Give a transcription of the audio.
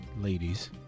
Ladies